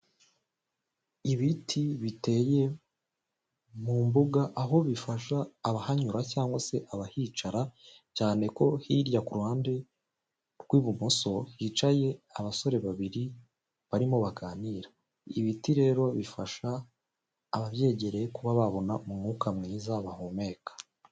Ibiti biteye mu mbuga aho bifasha abahanyura cyangwa se abahicara cyane ko hirya kuru ruhande rw'ibumoso hicaye abasore babiri barimo baganira ibiti rero bifasha ababyegereye kuba babona umwuka mwiza bahumeka.